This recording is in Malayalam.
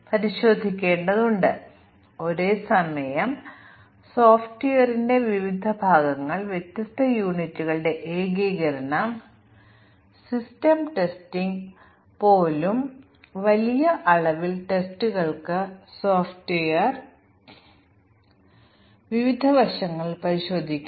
ഇതുവരെ ഞങ്ങൾ unit testing black box white box testing എന്നിവ നോക്കുന്നു അവിടെ ഞങ്ങൾ ഒരു പ്രോഗ്രാം യൂണിറ്റ് പരിശോധിക്കുന്നു